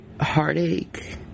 heartache